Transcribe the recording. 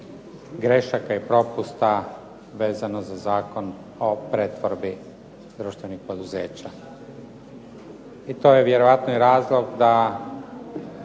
grešaka i propusta vezano za Zakon o pretvorbi društvenih poduzeća. I to je vjerojatno razlog da